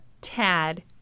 Tad